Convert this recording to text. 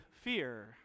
fear